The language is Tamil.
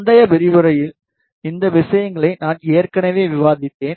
முந்தைய விரிவுரையாளரில் இந்த விஷயங்களை நான் ஏற்கனவே விவாதித்தேன்